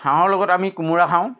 হাঁহৰ লগত আমি কোমোৰা খাওঁ